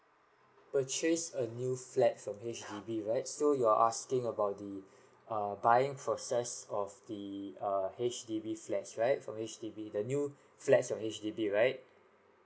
purchase a new flat from H_D_B right so you're asking about the err buying process of the err H_D_B flats right from H_D_B the new flats from H_D_B right